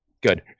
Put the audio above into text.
Good